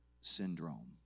syndrome